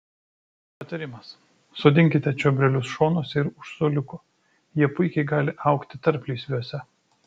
patarimas sodinkite čiobrelius šonuose ir už suoliuko jie puikiai gali augti tarplysviuose